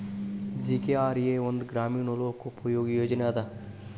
GKRA ಒಂದ ಗ್ರಾಮೇಣ ಲೋಕೋಪಯೋಗಿ ಯೋಜನೆ ಅದ